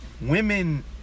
Women